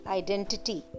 identity